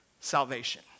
salvation